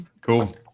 Cool